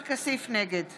נגד